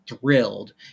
thrilled